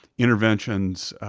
interventions,